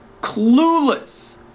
Clueless